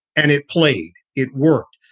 and it played. it worked,